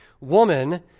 Woman